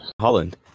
Holland